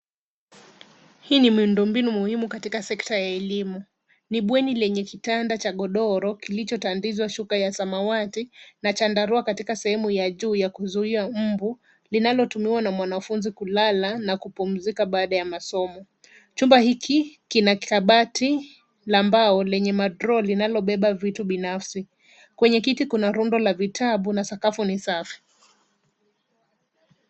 Hii ni miundombinu muhimu katika sekta ya elimu. Ni bweni lenye kitanda cha godoro kilichotandizwa shuka ya samawati na chandarua katika sehemu ya juu ya kuzuia mbu linalotumiwa na mwanafunzi kulala na kupumzika baada ya masomo. Chumba hiki kina kabati la mbao lenye madroo linalobeba vitu binafsi. Kwenye kiti kuna rundo la vitabu na sakatu ni safi.